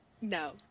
No